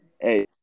hey